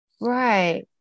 right